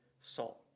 salt